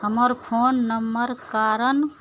हमर phone number कारण